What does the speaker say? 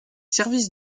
services